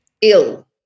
Ill